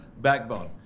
backbone